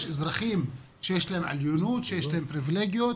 יש אזרחים שיש להם עליונות, שיש להם פריבילגיות,